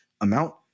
amount